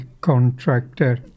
contractor